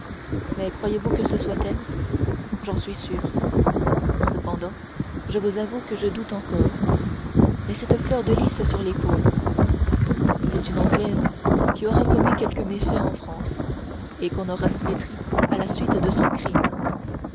mais croyez-vous que ce soit elle j'en suis sûr cependant je vous avoue que je doute encore mais cette fleur de lis sur l'épaule c'est une anglaise qui aura commis quelque méfait en france et qu'on aura flétrie à la suite de son crime